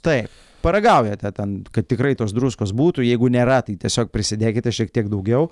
taip paragaujate ten kad tikrai tos druskos būtų jeigu nėra tai tiesiog prisidėkite šiek tiek daugiau